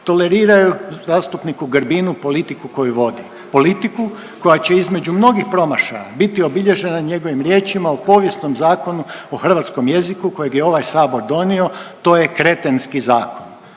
toleriraju zastupniku Grbinu politiku koju vodi, politiku koja će između mnogih promašaja biti obilježena njegovim riječima o povijesnom Zakonu o hrvatskom jeziku kojeg je ovaj Sabor donio. To je kretenski zakon.